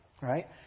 right